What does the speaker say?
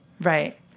right